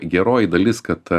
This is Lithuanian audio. geroji daliskad